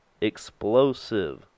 Explosive